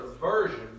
version